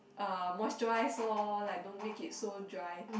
uh moisturise lor like don't make it so dry